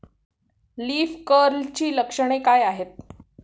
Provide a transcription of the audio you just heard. Leaf कर्लची लक्षणे काय आहेत?